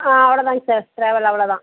ஆ அவ்ளோ தாங்க sir travel அவ்வளோ தான்